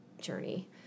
journey